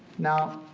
now,